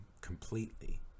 completely